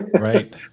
right